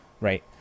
right